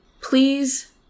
Please